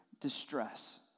distress